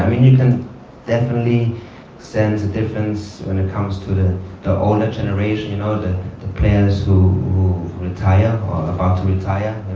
ah you can definitely sense the difference when it comes to the the older generation, you know the players who retire or about to retire,